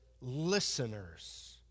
listeners